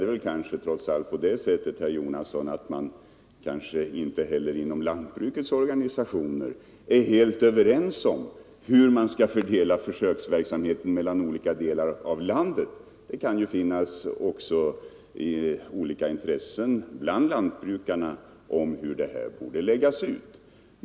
Det är väl trots allt så, herr Jonasson, att man inte heller inom jordbrukets organisationer är helt ense om hur försöksverksamheten skall fördelas. Det kan finnas olika åsikter bland lantbrukarna om hur försöksverksamheten bör läggas ut.